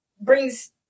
brings